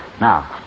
Now